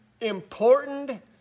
important